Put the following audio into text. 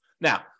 Now